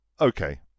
okay